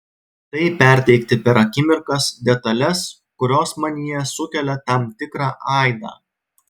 tai perteikti per akimirkas detales kurios manyje sukelia tam tikrą aidą